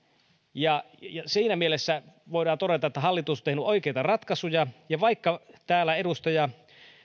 siinä mielessä voidaan todeta että hallitus on tehnyt oikeita ratkaisuja ja vaikka täällä edustaja